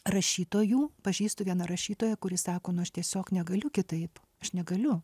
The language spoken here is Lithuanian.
rašytojų pažįstu vieną rašytoją kuris sako nu aš tiesiog negaliu kitaip aš negaliu